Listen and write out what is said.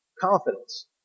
confidence